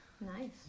Nice